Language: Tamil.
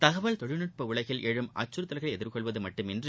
தகவல் தொழில்நுட்ப உலகில் எழும் அச்சுறுத்தல்களை எதிர்கொள்வது மட்டுமின்றி